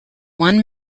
one